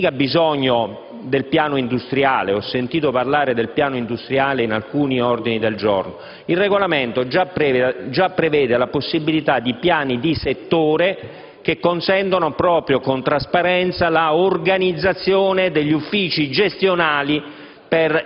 non c'è bisogno del piano industriale (ho sentito parlare del piano industriale in alcuni ordini del giorno): il regolamento già prevede la possibilità di piani di settore che consentono con trasparenza l'organizzazione degli Uffici gestionali